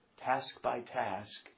task-by-task